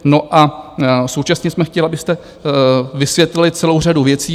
No a současně jsme chtěli, abyste vysvětlili celou řadu věcí.